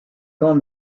camps